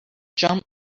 jump